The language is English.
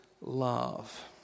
love